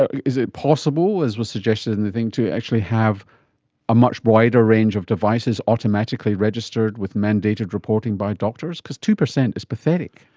ah is it possible, as was suggested in the thing, to actually have a much wider range of devices automatically registered, with mandated reporting by doctors? because two percent is pathetic.